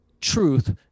truth